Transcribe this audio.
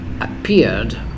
appeared